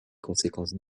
conséquences